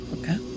Okay